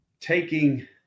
taking –